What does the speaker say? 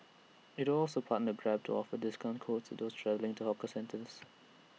IT will also partner grab to offer discount codes to those travelling to hawker centre